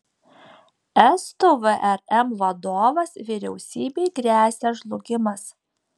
estų vrm vadovas vyriausybei gresia žlugimas